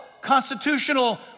constitutional